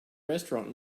restaurant